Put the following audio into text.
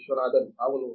విశ్వనాథన్ అవును